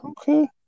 okay